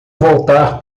voltar